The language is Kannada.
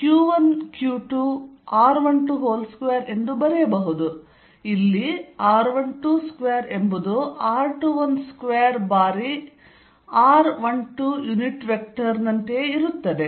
ಇಲ್ಲಿ r122 ಎಂಬುದು r212 ಬಾರಿ r12 ಯುನಿಟ್ ವೆಕ್ಟರ್ನಂತೆಯೇ ಇರುತ್ತದೆ